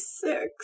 six